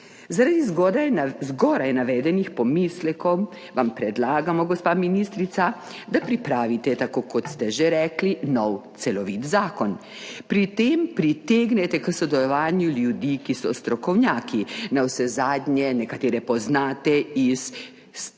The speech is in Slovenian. Zaradi zgoraj navedenih pomislekov vam predlagamo, gospa ministrica, da pripravite, tako kot ste že rekli, nov celovit zakon, pri tem pritegnete k sodelovanju ljudi, ki so strokovnjaki, navsezadnje nekatere poznate iz Sveta